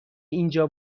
اینجا